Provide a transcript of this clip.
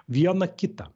vieną kitą